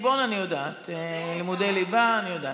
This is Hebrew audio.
חשבון אני יודעת, לימודי ליבה אני יודעת.